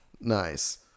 Nice